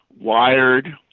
wired